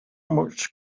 much